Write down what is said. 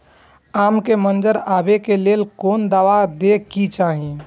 आम के मंजर आबे के लेल कोन दवा दे के चाही?